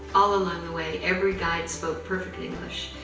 all along the way, every guide spoke perfect english.